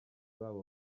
babo